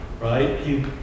right